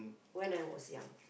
when I was young